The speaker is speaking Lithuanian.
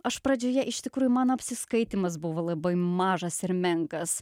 aš pradžioje iš tikrųjų man apsiskaitymas buvo labai mažas ir menkas